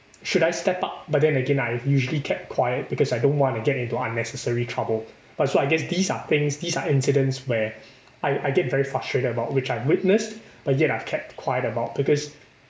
should I step up but then again I usually kept quiet because I don't want to get into unnecessary trouble but so I guess these are things these are incidents where I I get very frustrated about which I witnessed but yet I've kept quiet about because